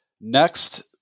Next